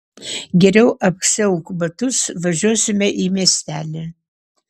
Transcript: geriau apsiauk batus važiuosime į miestelį